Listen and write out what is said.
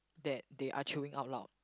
that they are chewing out loud